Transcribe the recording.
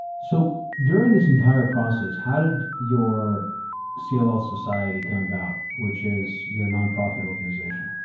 so during this entire process, how did your so ah cll society come about, which is your nonprofit organization?